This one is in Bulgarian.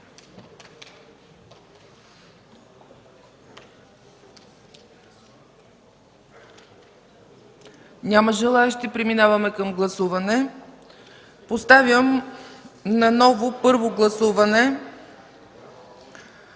Няма желаещи. Преминаваме към гласуване. Поставям на повторно гласуване